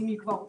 היא כבר הוצגה,